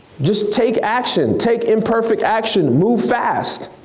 just take action, take imperfect action, move fast.